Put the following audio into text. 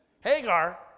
Hagar